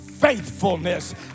faithfulness